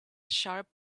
sharp